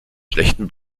schlechten